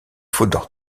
fautes